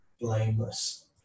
blameless